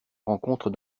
rencontre